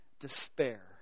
despair